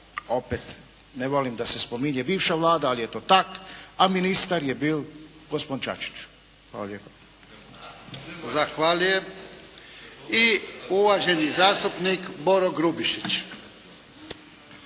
opet, ne volim da se spominje bivša Vlada, ali je to tako, a ministar je bio gospodin Čačić. Hvala lijepa. **Jarnjak, Ivan (HDZ)** Zahvaljujem. I uvaženi zastupnik Boro Grubišić.